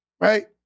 right